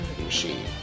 machine